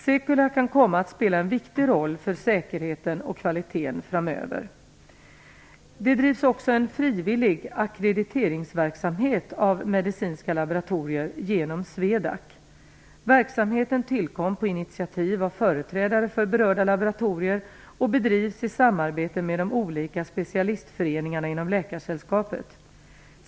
SEQLA kan komma att spela en viktig roll för säkerheten och kvalitén framöver. Det drivs också en frivillig verksamhet för ackreditering av medicinska laboratorier genom SWEDAC. Verksamheten tillkom på initiativ av företrädare för berörda laboratorier och bedrivs i samarbete med de olika specialistföreningarna inom Läkaresällskapet.